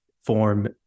form